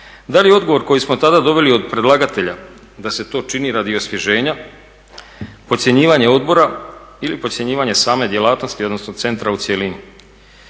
Da li je odgovor koji smo tada dobili od predlagatelja da se to čini radi osvježenja, podcjenjivanje odbora ili podcjenjivanje same djelatnosti odnosno centra u cjelini?